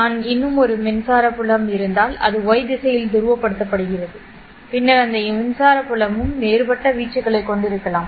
நான் இன்னும் ஒரு மின்சார புலம் இருந்தால் அது y திசையில் துருவப்படுத்தப்படுகிறது பின்னர் அந்த மின்சார புலமும் வேறுபட்ட வீச்சுகளைக் கொண்டிருக்கலாம்